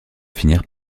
finir